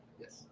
Yes